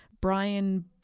Brian